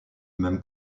même